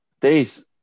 days